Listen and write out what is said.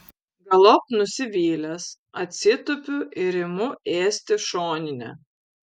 galop nusivylęs atsitupiu ir imu ėsti šoninę